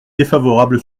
défavorable